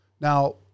Now